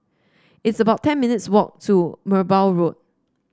it's about ten minutes' walk to Merbau Road